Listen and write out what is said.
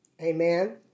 Amen